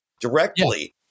directly